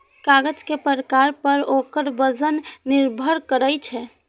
कागज के प्रकार पर ओकर वजन निर्भर करै छै